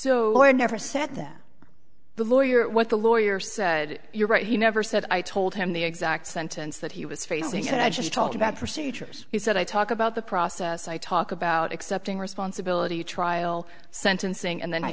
or never said that the lawyer what the lawyer said you're right he never said i told him the exact sentence that he was facing and i just talked about procedures he said i talk about the process i talk about accepting responsibility trial sentencing and then